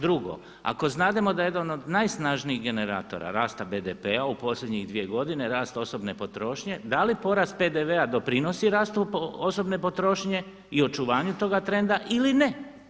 Drugo, ako znademo da je jedna od najsnažnijih generatora rasta BDP-u u posljednjih 2 godine rast osobne potrošnje da li porast PDV-a doprinosi rastu osobne potrošnje i očuvanju toga trenda ili ne?